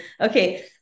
Okay